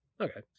Okay